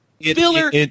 filler